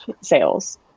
sales